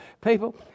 people